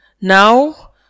Now